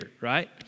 right